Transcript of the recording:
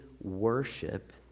worship